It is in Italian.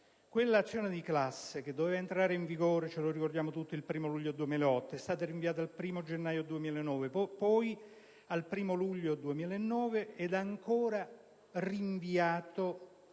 Quell'azione di classe, che doveva entrare in vigore - ce lo ricordiamo tutti - il 1º luglio 2008, è stata rinviata al 1º gennaio 2009, poi al 1º luglio 2009 e ancora a data